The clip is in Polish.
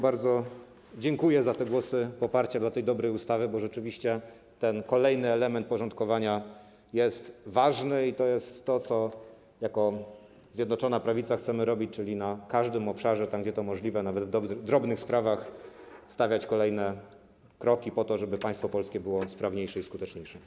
Bardzo dziękuję za głosy poparcia dla tej dobrej ustawy, bo rzeczywiście ten kolejny element porządkowania jest ważny i to jest to, co jako Zjednoczona Prawica chcemy robić, czyli na każdym obszarze, tam gdzie to możliwe, nawet w drobnych sprawach, stawiać kolejne kroki, po to żeby państwo polskie było sprawniejsze i skuteczniejsze.